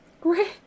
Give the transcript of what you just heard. Great